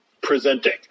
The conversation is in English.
presenting